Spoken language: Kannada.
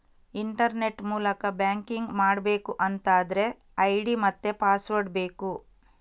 ಇಂಟರ್ನೆಟ್ ಮೂಲಕ ಬ್ಯಾಂಕಿಂಗ್ ಮಾಡ್ಬೇಕು ಅಂತಾದ್ರೆ ಐಡಿ ಮತ್ತೆ ಪಾಸ್ವರ್ಡ್ ಬೇಕು